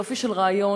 יופי של רעיון,